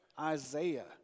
Isaiah